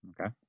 Okay